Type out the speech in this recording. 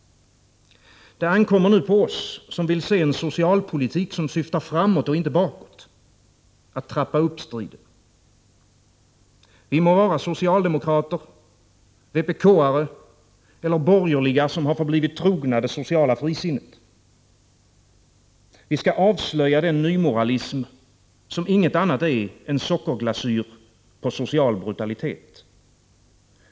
Det ankommer nu på oss, som vill se en socialpolitik som syftar framåt och inte bakåt, att trappa upp striden. Vi må vara socialdemokrater, vpk:are eller borgerliga, som har förblivit trogna det sociala frisinnet. Vi skall avslöja den nymoralism som inget annat är än sockerglasyr på social brutalitet.